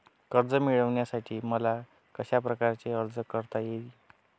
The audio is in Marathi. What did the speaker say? कर्ज मिळविण्यासाठी मला कशाप्रकारे अर्ज करता येईल?